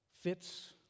fits